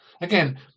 Again